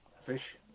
fish